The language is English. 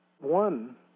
One